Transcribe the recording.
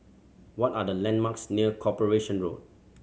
what are the landmarks near Corporation Road